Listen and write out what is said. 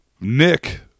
Nick